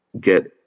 get